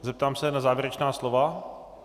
Zeptám se na závěrečná slova.